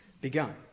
begun